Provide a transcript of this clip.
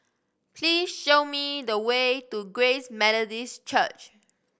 please show me the way to Grace Methodist Church